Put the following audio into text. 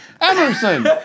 Emerson